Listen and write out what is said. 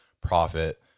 profit